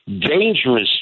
dangerous